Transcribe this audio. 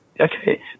okay